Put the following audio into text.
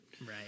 right